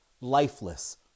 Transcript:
lifeless